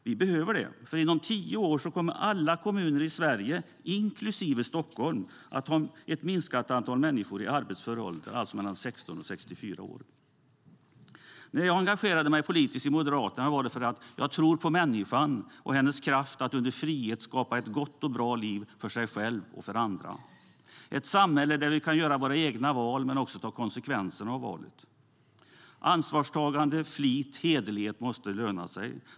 Vi behöver det, för inom tio år kommer alla kommuner i Sverige - inklusive Stockholm - att ha ett minskande antal människor i arbetsför ålder, alltså mellan 16 och 64 år. När jag engagerade mig politiskt i Moderaterna var det för att jag tror på människan, på hennes kraft att i frihet skapa ett gott och bra liv för sig själv och för andra och på ett samhälle där vi kan göra våra egna val men också ta konsekvenserna av valen. Ansvarstagande, flit och hederlighet måste löna sig.